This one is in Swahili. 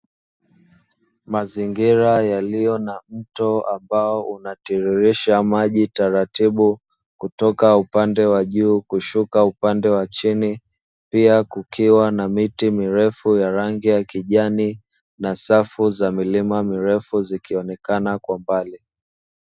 Mazingira yaliyo na mto ambao unatiririsha maji taratibu kutoka upande wa juu kushuka upande wa chini, pia kukiwa na miti mirefu ya rangi ya kijani na safu za milima mirefu zikionekana kwa pale.